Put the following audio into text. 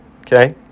Okay